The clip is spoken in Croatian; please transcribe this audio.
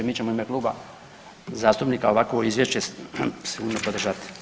Mi ćemo u ime Kluba zastupnika ovakvo izvješće sigurno podržati.